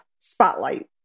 spotlight